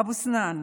אבו סנאן,